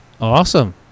Awesome